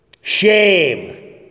shame